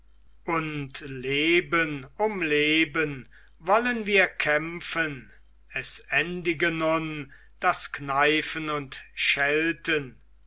und leben um leben wollen wir kämpfen es endige nun das keifen und schelten